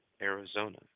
arizona